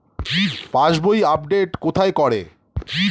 পাসবই update কোথায় করে?